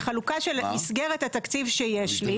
זו חלוקה של מסגרת התקציב שיש לי,